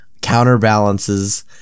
counterbalances